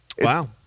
Wow